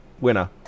Winner